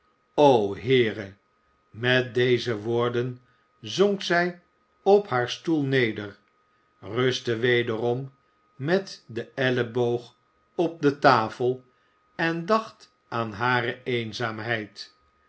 o heere met deze woorden zonk zij op haar stoel neder rustte wederom met den elleboog op de tafel en dacht aan hare eenzaamheid